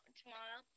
tomorrow